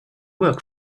work